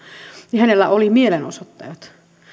ja oli mielenosoittajat